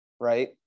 right